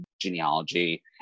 genealogy